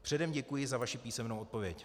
Předem děkuji za vaši písemnou odpověď.